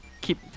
keep